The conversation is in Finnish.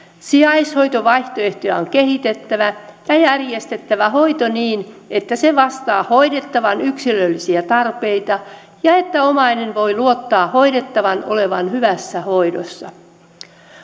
sijaishoitovaihtoehtoja on kehitettävä ja järjestettävä hoito niin että se vastaa hoidettavan yksilöllisiä tarpeita ja että omainen voi luottaa hoidettavan olevan hyvässä hoidossa